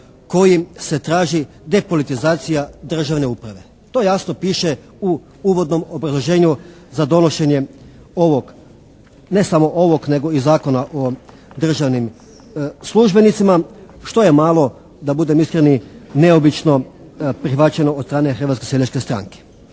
kojim se traži depolitizacija državne uprave. To jasno piše u uvodnom obrazloženju za donošenje ovog, ne samo ovog nego i Zakona o državnim službenicima što je malo da budem iskren i neobično prihvaćeno od strane Hrvatske seljačke stranke.